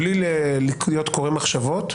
בלי להיות קורא מחשבות,